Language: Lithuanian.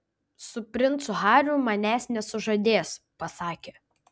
su princu hariu manęs nesužadės pasakė